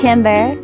Kimber